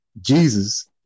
Jesus